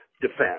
defense